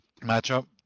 matchup